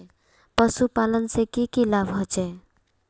पशुपालन से की की लाभ होचे?